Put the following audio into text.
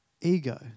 Ego